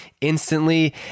instantly